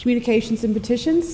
communications and petitions